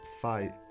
fight